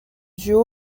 duo